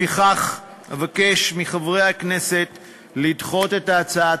לפיכך אבקש מחברי הכנסת לדחות את ההצעה.